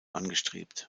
angestrebt